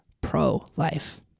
pro-life